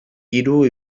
hiru